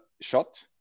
shot